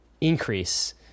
increase